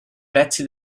prezzi